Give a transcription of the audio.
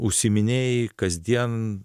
užsiiminėji kasdien